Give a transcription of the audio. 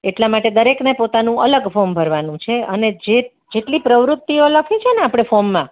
એટલા માટે દરેકને પોતાનું અલગ ફોમ ભરવાનું છે અને જે જેટલી પ્રવૃત્તિઓ લખી છે ને આપણે ફોર્મમાં